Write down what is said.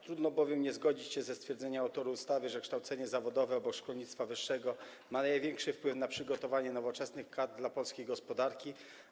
Trudno bowiem nie zgodzić się ze stwierdzeniem autorów ustawy, że kształcenie zawodowe obok szkolnictwa wyższego ma największy wpływ na przygotowanie nowoczesnych kadr dla polskiej gospodarki.